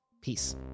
Peace